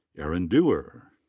aaron dewar.